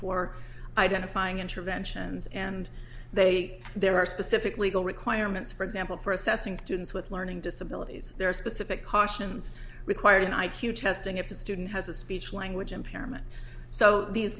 for identifying interventions and they there are specific legal requirements for example for assessing students with learning disabilities there are specific cautions required in i q testing if a student has a speech language impairment so these